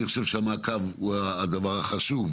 אני חושב שמעקב אחרי ביצוע הוא הדבר החשוב.